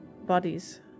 bodies